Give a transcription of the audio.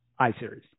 iSeries